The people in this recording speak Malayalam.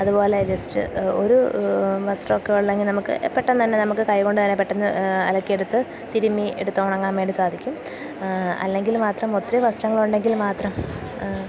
അതുപോലെ ജസ്റ്റ് ഒരു വസ്ത്രമൊക്കെയേ ഉള്ളൂ എങ്കില് നമുക്ക് പെട്ടെന്നു തന്നെ നമുക്കു കൈകൊണ്ടു തന്നെ പെട്ടെന്ന് അലക്കി എടുത്ത് തിരുമ്മി എടുത്തുണങ്ങാൻ വേണ്ടി സാധിക്കും അല്ലെങ്കിൽ മാത്രം ഒത്തിരി വസ്ത്രങ്ങളുണ്ടെങ്കിൽ മാത്രം